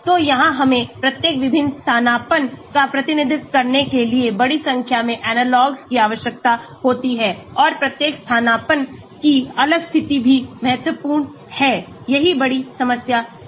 तो यहां हमें प्रत्येक विभिन्न स्थानापन्न का प्रतिनिधित्व करने के लिए बड़ी संख्या में एनालॉग्स की आवश्यकता होती है और प्रत्येक स्थानापन्न की अलग स्थिति भी महत्वपूर्ण है यही बड़ी समस्या है